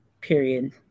period